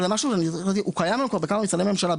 זה משהו שהוא קיים היום כבר בכמה משרדי ממשלה.